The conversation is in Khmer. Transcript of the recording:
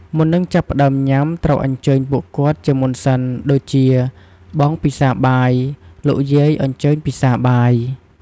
មុននឹងចាប់ផ្តើមញ៉ាំ ត្រូវអញ្ជើញពួកគាត់ជាមុនសិន ដូចជា "បងពិសាបាយ! លោកយាយអញ្ជើញពិសាបាយ!"។